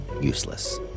useless